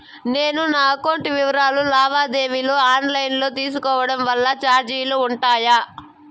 నేను నా అకౌంట్ వివరాలు లావాదేవీలు ఆన్ లైను లో తీసుకోవడం వల్ల చార్జీలు ఉంటాయా?